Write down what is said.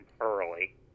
early